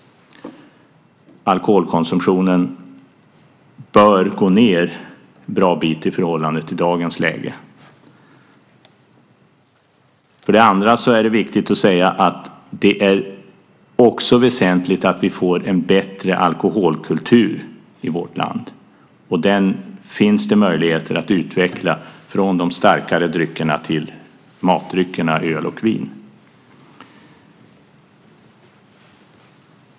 Alkoholkonsumtionen bör gå ned en bra bit i förhållande till dagens läge. Det är också väsentligt att vi får en bättre alkoholkultur i vårt land. Det finns möjlighet att utveckla den från de starkare dryckerna till matdryckerna öl och vin.